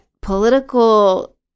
political